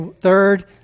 third